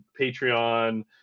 Patreon